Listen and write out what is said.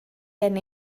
gen